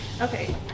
Okay